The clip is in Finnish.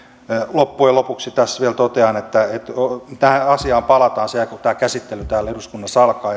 loppujen lopuksi tässä vielä totean että tähän asiaan palataan sen jälkeen kun tämä käsittely täällä eduskunnassa alkaa